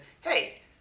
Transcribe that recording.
hey